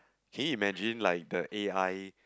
can you imagine like the A_I